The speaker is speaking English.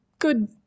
Good